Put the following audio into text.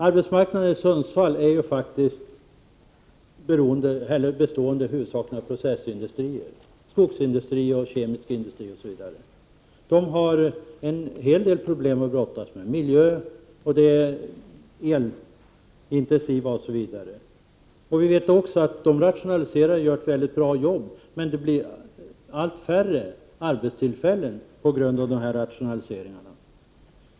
Arbetsmarknaden i Sundsvall är faktiskt huvudsakligen bestående av processindustrier — skogsindustri, kemisk industri osv. De har en hel del problem att brottas med: miljöproblem, att de är elintensiva osv. Vi vet att de gör ett bra jobb och rationaliserar, men det blir allt färre arbetstillfällen på grund av dessa rationaliseringar.